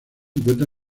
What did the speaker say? encuentra